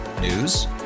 News